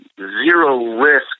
zero-risk